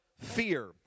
fear